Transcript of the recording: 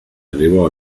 arrivò